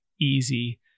easy